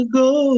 go